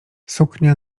suknia